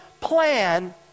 plan